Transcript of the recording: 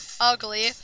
ugly